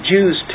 Jews